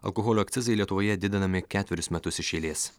alkoholio akcizai lietuvoje didinami ketverius metus iš eilės